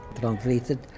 translated